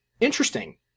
interesting